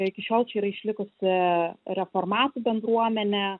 iki šiol čia yra išlikusi reformatų bendruomenė